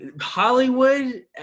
hollywood